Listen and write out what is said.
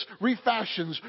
refashions